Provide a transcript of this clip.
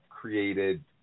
created